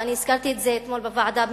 ואני הזכרתי את זה אתמול בוועדה,